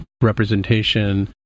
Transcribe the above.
representation